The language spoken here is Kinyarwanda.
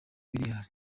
miliyari